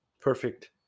perfect